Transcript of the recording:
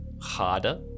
harder